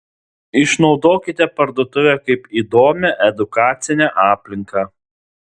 išnaudokite parduotuvę kaip įdomią edukacinę aplinką